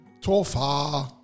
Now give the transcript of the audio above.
tofa